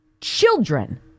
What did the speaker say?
children